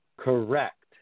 Correct